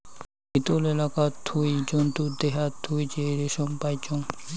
শীতল এলাকাত থুই জন্তুর দেহাত থুই যে রেশম পাইচুঙ